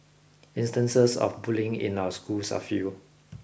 instances of bullying in our schools are few